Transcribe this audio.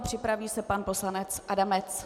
Připraví se pan poslanec Adamec.